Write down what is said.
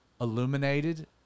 illuminated